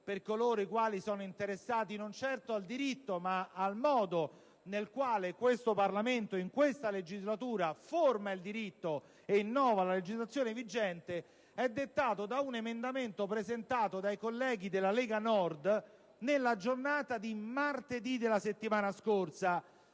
per coloro i quali sono interessati, non certo al diritto, ma al modo nel quale questo Parlamento, in questa legislatura, forma il diritto e innova le legislazione vigente, ed è dettato da un emendamento presentato dai colleghi della Lega Nord nella giornata di martedì della settimana scorsa.